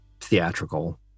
theatrical